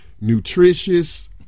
nutritious